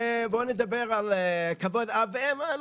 והיו אומרים להם בואו נדבר על "כבוד אב ואם" והם